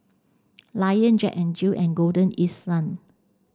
Lion Jack N Jill and Golden East Sun